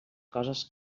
coses